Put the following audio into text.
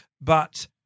But-